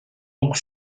donc